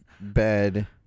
bed